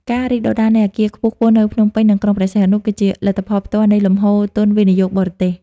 ការរីកដុះដាលនៃអគារខ្ពស់ៗនៅភ្នំពេញ និងក្រុងព្រះសីហនុ គឺជាលទ្ធផលផ្ទាល់នៃលំហូរទុនវិនិយោគបរទេស។